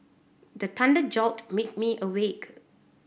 the thunder jolt me me awake